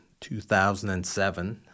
2007